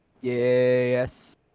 yes